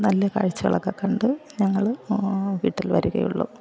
നല്ല കാഴ്ച്ചകളക്കെക്കണ്ട് ഞങ്ങൾ വീട്ടിൽ വരികയുള്ളൂ